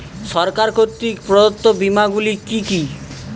সরকার কর্তৃক প্রদত্ত বিমা গুলি কি কি?